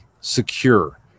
secure